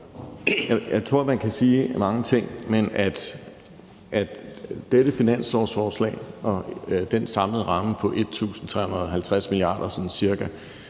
Jeg tror, at man kan sige mange ting, men at dette finanslovsforslag og den samlede ramme på sådan cirka 1.350 mia. kr.,